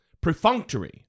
perfunctory